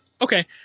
Okay